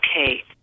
okay